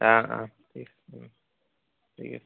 অঁ অঁ ঠিক আছে ঠিক আছে